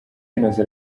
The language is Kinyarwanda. innocent